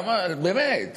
באמת,